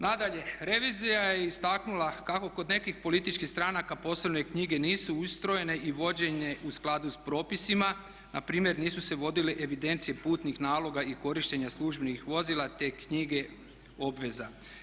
Nadalje, revizija je istaknula kako kod nekih političkih stranaka posebne knjige nisu ustrojene i vođene u skladu sa propisima, npr. nisu se vodile evidencije putnih naloga i korištena službenih vozila te knjige obveza.